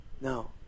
No